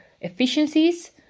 efficiencies